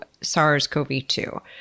SARS-CoV-2